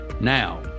Now